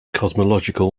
cosmological